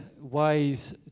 ways